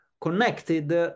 connected